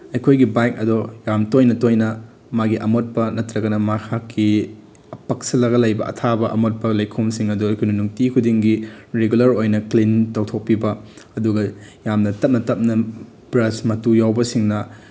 ꯑꯩꯈꯣꯏꯒꯤ ꯕꯥꯏꯛ ꯑꯗꯣ ꯌꯥꯝ ꯇꯣꯏꯅ ꯇꯣꯏꯅ ꯃꯥꯒꯤ ꯑꯃꯣꯠꯄ ꯅꯠꯇ꯭ꯔꯒꯅ ꯃꯍꯥꯛꯀꯤ ꯄꯛꯁꯤꯜꯂꯒ ꯂꯩꯕ ꯑꯊꯥꯕ ꯑꯃꯣꯠꯄ ꯂꯩꯈꯣꯝꯁꯤꯡ ꯑꯗꯣ ꯑꯩꯈꯣꯏꯅ ꯅꯨꯡꯇꯤ ꯈꯨꯗꯤꯡꯒꯤ ꯔꯤꯒꯨꯂꯔ ꯑꯣꯏꯅ ꯀ꯭ꯂꯤꯟ ꯇꯧꯊꯣꯛꯄꯤꯕ ꯑꯗꯨꯒ ꯌꯥꯝꯅ ꯇꯞꯅ ꯇꯞꯅ ꯕ꯭ꯔꯖ ꯃꯇꯨ ꯌꯥꯎꯕꯁꯤꯡꯅ